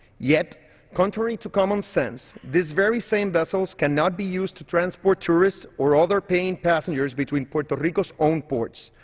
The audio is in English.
yet contrary to common sense, this very same vessels cannot be used to transport tourists or other paying passengers between puerto rico's own ports.